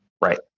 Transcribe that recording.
right